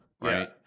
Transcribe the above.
right